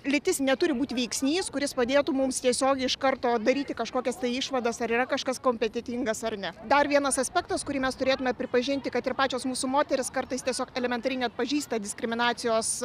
lytis neturi būti veiksnys kuris padėtų mums tiesiogiai iš karto daryti kažkokias išvadas ar yra kažkas kompetentingas ar ne dar vienas aspektas kurį mes turėtumėme pripažinti kad ir pačios mūsų moterys kartais tiesiog elementari neatpažįsta diskriminacijos